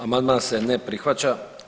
Amandman se ne prihvaća.